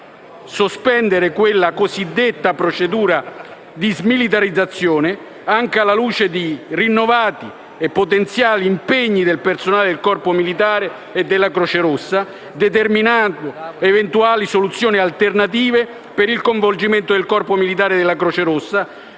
sospendere questa cosiddetta procedura di smilitarizzazione, anche alla luce di rinnovati e potenziali impieghi del personale del corpo militare della Croce Rossa, determinando eventuali soluzioni alternative per il coinvolgimento del corpo militare della Croce Rossa,